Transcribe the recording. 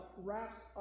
wraps